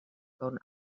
gone